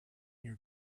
your